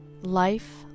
life